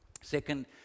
second